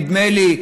נדמה לי,